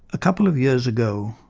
a couple of years ago,